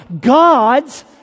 God's